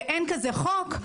ואין כזה חוק,